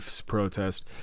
protest